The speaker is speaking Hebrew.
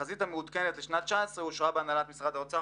התחזית המעודכנת לשנת 2019 אושרה בהנהלת משרד האוצר